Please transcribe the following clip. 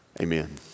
amen